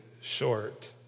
short